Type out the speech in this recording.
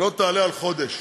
שלא תעלה על חודש.